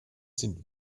sind